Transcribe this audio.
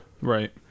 Right